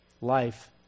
life